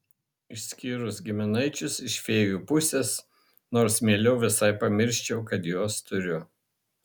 išskyrus giminaičius iš fėjų pusės nors mieliau visai pamirščiau kad juos turiu